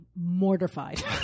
mortified